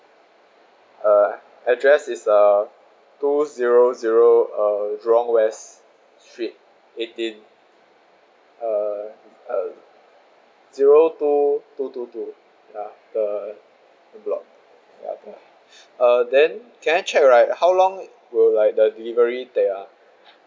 uh address is uh two zero zero uh jurong west street eighteen uh uh zero two two two two ya the the block ya uh then can I check right how long will like the delivery take ah